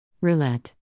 Roulette